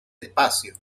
espacio